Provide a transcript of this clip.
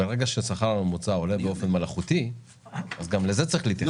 ברגע שהשכר הממוצע עולה באופן מלאכותי אז גם לזה צריך להתייחס.